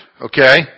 Okay